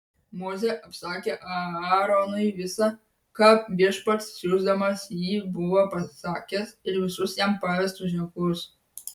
mozė apsakė aaronui visa ką viešpats siųsdamas jį buvo pasakęs ir visus jam pavestus ženklus